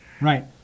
Right